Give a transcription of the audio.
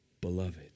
beloved